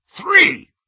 three